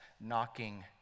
knocking